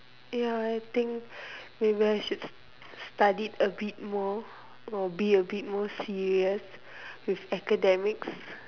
ya I think maybe I should study a bit more or be a bit more serious with academics